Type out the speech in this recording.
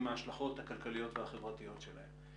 עם ההשלכות הכלכליות והחברתיות שלהם.